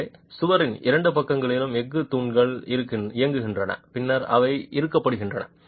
எனவே சுவரின் இரண்டு பக்கங்களிலும் எஃகு தண்டுகள் இயங்குகின்றன பின்னர் அவை இறுக்கப்படுகின்றன